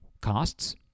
costs